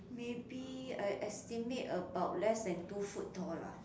maybe I estimate about less than two foot tall lah